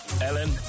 Ellen